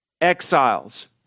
exiles